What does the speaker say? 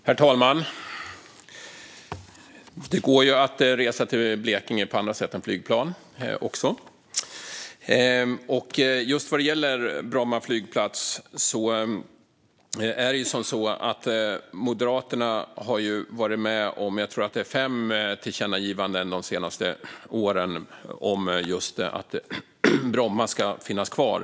Herr talman! Det går att resa till Blekinge på andra sätt än med flygplan. När det gäller Bromma flygplats tror jag att Moderaterna de senaste åren har varit med på fem tillkännagivanden om att Bromma ska finnas kvar.